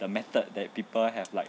the method that people have like